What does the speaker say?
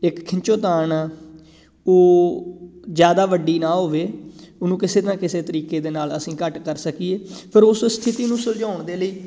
ਇੱਕ ਖਿੱਚੋਤਾਣ ਉਹ ਜ਼ਿਆਦਾ ਵੱਡੀ ਨਾ ਹੋਵੇ ਉਹਨੂੰ ਕਿਸੇ ਨਾ ਕਿਸੇ ਤਰੀਕੇ ਦੇ ਨਾਲ ਅਸੀਂ ਘੱਟ ਕਰ ਸਕੀਏ ਫਿਰ ਉਸ ਸਥਿਤੀ ਨੂੰ ਸੁਲਝਾਉਣ ਦੇ ਲਈ